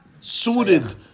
suited